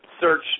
search